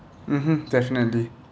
mmhmm definitely